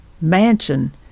mansion